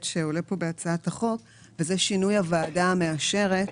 שעולה כאן בהצעת החוק וזה שינוי הוועדה המאשרת.